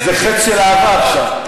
זה חץ של אהבה עכשיו,